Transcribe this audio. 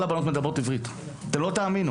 כל הבנות מדברות עברית אתם לא תאמינו